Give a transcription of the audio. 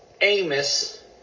Amos